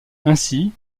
ainsi